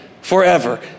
forever